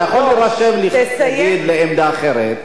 אתה יכול להירשם לעמדה אחרת.